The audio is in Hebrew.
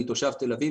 אני תושב תל אביב,